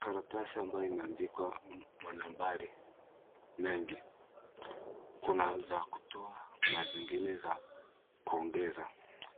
Karatasi ambayo imeandikwa manambari mengi. Kuna za kutoa ,kuna zingine za kuongeza